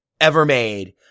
ever-made